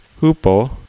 hupo